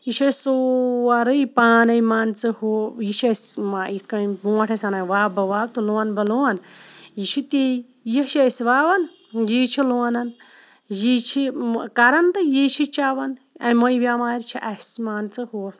یہِ چھِ أسۍ سورٕے پانےٚ مان ژٕ ہہُ یہِ چھِ أسۍ یِتھ کنۍ بونٛٹھ ٲسۍ وَنان وَو بہ وَو تہٕ لون بہ لون یہِ چھُ تی یہِ چھِ أسۍ وَوان یی چھِ لونان یی چھِ کَران تہِ یی چھِ چیٚوان اموے بیٚمارِ چھِ اَسہِ مان ژٕ ہہُ